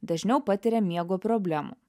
dažniau patiria miego problemų